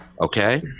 Okay